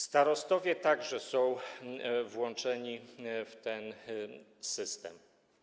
Starostowie także są włączeni w ten system.